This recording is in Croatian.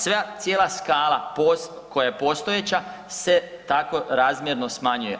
Sva, cijela skala koja je postojeća se tako razmjerno smanjuje.